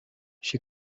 she